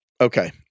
okay